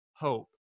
Hope